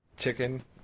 Chicken